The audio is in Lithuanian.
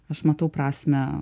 aš matau prasmę